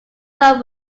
love